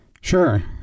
Sure